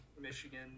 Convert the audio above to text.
michigan